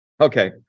Okay